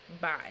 bye